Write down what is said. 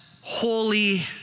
holy